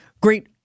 great